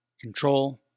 control